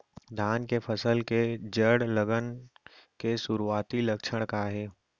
धान के फसल के जड़ गलन के शुरुआती लक्षण का हे?